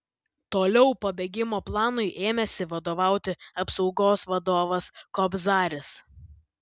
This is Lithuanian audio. toliau pabėgimo planui ėmėsi vadovauti apsaugos vadovas kobzaris